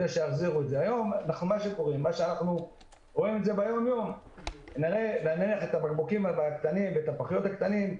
היום משק הבית לא מחזיר את הפחיות ואת הבקבוקים הקטנים.